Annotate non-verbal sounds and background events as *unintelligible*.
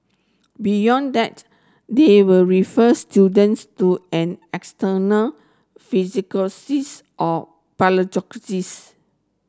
beyond that they will refer students to an external *unintelligible* or *unintelligible*